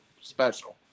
special